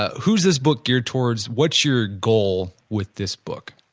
who is this book geared towards, what's your goal with this book?